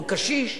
או קשיש,